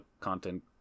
content